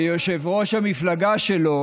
אין לך, שיושב-ראש המפלגה שלו